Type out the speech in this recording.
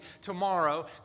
...tomorrow